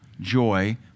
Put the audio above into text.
joy